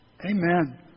Amen